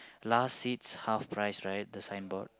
last seats half price right the signboard